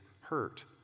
hurt